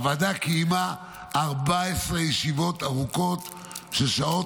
הוועדה קיימה 14 ישיבות ארוכות של שעות